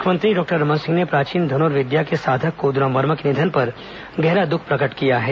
मुख्यमंत्री डॉक्टर रमन सिंह ने प्राचीन धनुर्विद्या के साधक कोद्राम वर्मा के निधन पर गहरा दुख प्रकट किया है